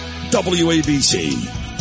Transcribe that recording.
WABC